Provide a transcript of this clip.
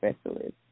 specialist